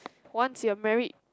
once you're married